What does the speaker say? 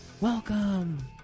Welcome